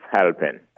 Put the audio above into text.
helping